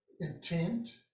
intent